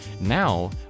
Now